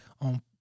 on